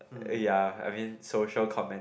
ya I mean social comment